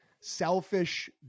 selfish